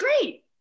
great